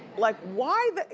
like why the?